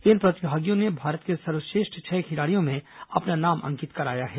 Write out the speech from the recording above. इन प्रतिभागियों ने भारत के सर्वश्रेष्ठ छह खिलाड़ियों में अपना नाम अंकित कराया है